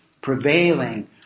prevailing